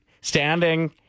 Standing